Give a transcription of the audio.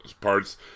parts